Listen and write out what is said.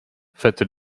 faites